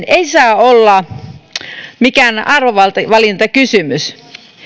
ei saa olla naiselle mikään arvovalintakysymys